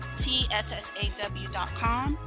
tssaw.com